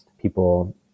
people